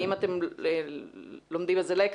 האם לומדים איזה לקח,